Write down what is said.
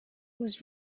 was